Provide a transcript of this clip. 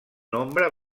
nombre